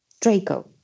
Draco